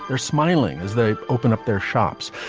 they're smiling as they open up their shops.